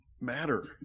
matter